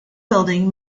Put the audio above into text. building